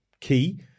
key